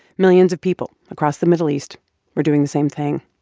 millions of people across the middle east were doing the same thing,